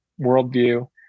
worldview